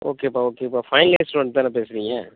ஓகேப்பா ஓகேப்பா final years ஸ்டூடண்ட்தானே பேசுறீங்க